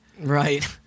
right